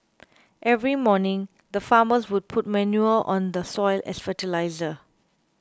every morning the farmers would put manure on the soil as fertiliser